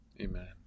Amen